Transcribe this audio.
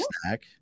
snack